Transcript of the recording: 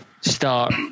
start